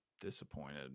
disappointed